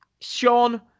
Sean